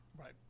Right